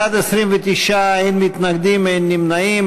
בעד, 29, אין מתנגדים, אין נמנעים.